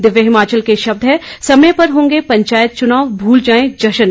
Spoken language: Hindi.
दिव्य हिमाचल के शब्द हैं समय पर होंगे पंचायत चुनाव भूल जाएं जश्न